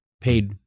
paid